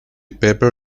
paper